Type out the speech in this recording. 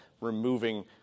removing